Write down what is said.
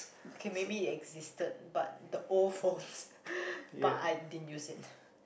okay maybe existed but the old phones but I didn't use it